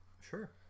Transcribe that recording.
Sure